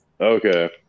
Okay